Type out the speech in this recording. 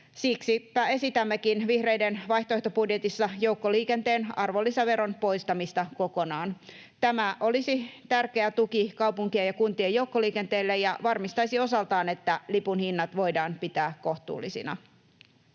Siksipä esitämmekin vihreiden vaihtoehtobudjetissa joukkoliikenteen arvonlisäveron poistamista kokonaan. Tämä olisi tärkeä tuki kaupunkien ja kuntien joukkoliikenteelle ja varmistaisi osaltaan, että lipun hinnat voidaan pitää kohtuullisina.